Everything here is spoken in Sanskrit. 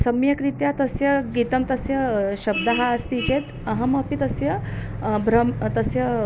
सम्यक्रीत्या तस्य गीतं तस्य शब्दः अस्ति चेत् अहमपि तस्य भ्रह्म् तस्य